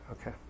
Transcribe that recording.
Okay